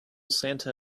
santa